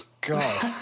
God